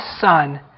son